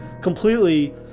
completely